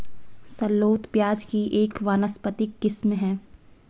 shallot प्याज़ की एक वानस्पतिक किस्म है